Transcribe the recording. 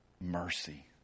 mercy